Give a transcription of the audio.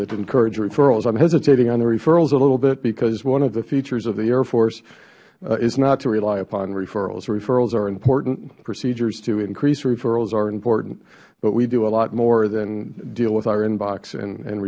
that encourage referrals i am hesitating on the referrals a little bit because one of the features of the air force is not to rely upon referrals referrals are important procedures to increase referrals are important but we do a lot more than deal with our in box and